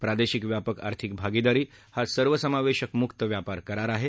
प्रादेशिक व्यापक आर्थिक भागिदारी हा सर्व समावेशक मुक्त व्यापार करार आहे